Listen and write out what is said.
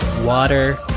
Water